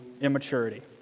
immaturity